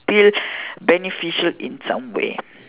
still beneficial in some way